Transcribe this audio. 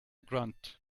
grunt